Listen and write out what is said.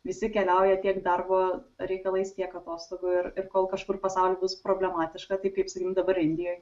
visi keliauja tiek darbo reikalais tiek atostogų ir ir kol kažkur pasauly bus problematiška taip kaip sakykime dabar indijoj